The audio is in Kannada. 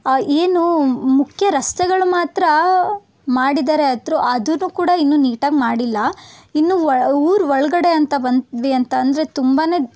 ಏನು ಮುಖ್ಯ ರಸ್ತೆಗಳು ಮಾತ್ರ ಮಾಡಿದ್ದಾರೆ ಆದ್ರು ಅದನ್ನು ಕೂಡ ಇನ್ನೂ ನೀಟಾಗಿ ಮಾಡಿಲ್ಲ ಇನ್ನು ಒಳ ಊರ ಒಳ್ಗಡೆ ಅಂತ ಬಂದ್ವಿ ಅಂತಂದರೆ ತುಂಬಾ